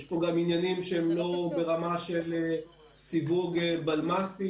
יש פה גם עניינים שהם לא ברמה של סיווג בלמ"סי,